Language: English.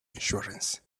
insurance